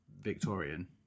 Victorian